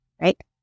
right